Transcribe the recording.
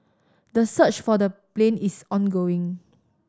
the search for the plane is ongoing